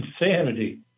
insanity